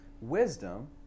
wisdom